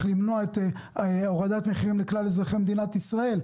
למנוע את הורדת המחירים לכלל אזרחי מדינת ישראל,